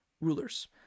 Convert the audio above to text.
rulers